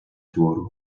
твору